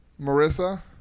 Marissa